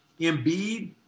Embiid